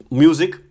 music